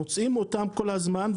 מוצאים אותם כל הזמן,